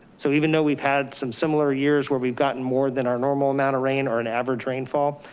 so even though we've had some similar years where we've gotten more than our normal amount of rain or an average rainfall,